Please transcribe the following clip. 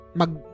mag